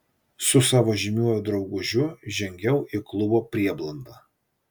su savo žymiuoju draugužiu žengiau į klubo prieblandą